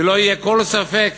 ולא יהיה כל ספק